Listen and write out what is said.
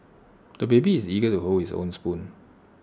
the baby is eager to hold his own spoon